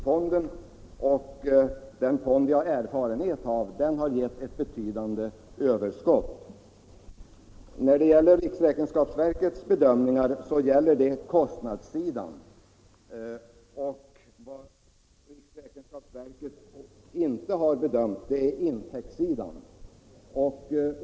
Fonden för arbetslöshetsförsäkringen har vi erfarenhet av och vet att den gett ett betydande överskott. Riksräkenskapsverkets beräkningar gäller kostnadssidan. Vad riksräkenskapsverket inte har bedömt är intäktssidan.